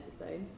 episode